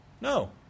No